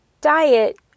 diet